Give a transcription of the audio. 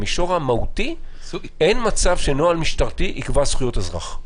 במישור המהותי אין מצב שנוהל משטרתי יקבע זכויות אזרח.